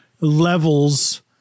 levels